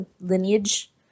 lineage